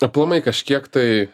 aplamai kažkiek tai